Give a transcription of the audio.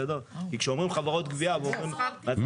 כי כשאומרים חברות גבייה --- לאזרח